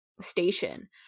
station